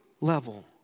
level